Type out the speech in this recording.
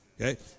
Okay